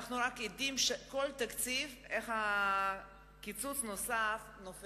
ואנחנו רק עדים בכל תקציב איך נופל עליהם קיצוץ נוסף.